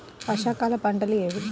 వర్షాకాలం పంటలు ఏవి?